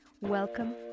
Welcome